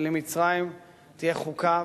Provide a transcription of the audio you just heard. למצרים תהיה חוקה,